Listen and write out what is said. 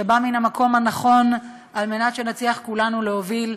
שבא מן המקום הנכון על מנת שנצליח כולנו להוביל,